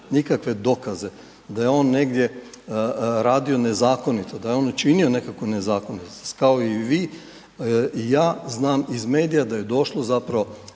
nikakve dokaze da je on negdje radio nezakonito, da je on učinio nekakvu nezakonitost, kao i vi i ja znam iz medija da je došlo, zapravo